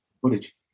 footage